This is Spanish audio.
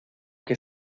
que